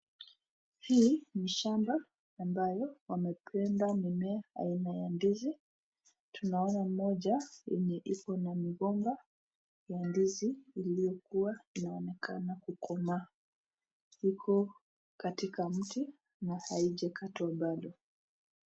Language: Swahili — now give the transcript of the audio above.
Hii ni shamba ambayo wamepanda mimea aina ya ndizi, tunaona moja yenye iko na mgomba ya ndizi iliyokua inaonekana kama iko katika mti na haijakatwa bado.